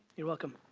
you're welcome.